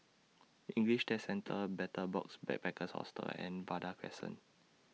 English Test Centre Betel Box Backpackers Hostel and Vanda Crescent